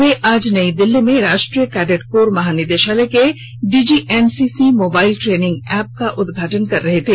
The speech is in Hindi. वे आज नई दिल्ली में राष्ट्रीय कैडेट कोर महानिदेशालय के डीजीएनसीसी मोबाइल ट्रेनिंग ऐप का उदघाटन कर रहे थे